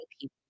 people